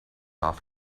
off